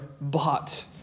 bought